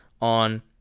on